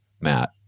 matt